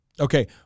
Okay